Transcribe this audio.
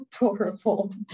adorable